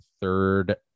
third